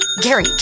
Gary